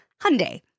Hyundai